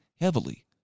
heavily